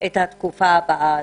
את התקופה הבאה הזאת.